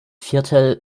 viertel